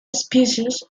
species